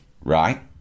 right